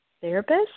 therapist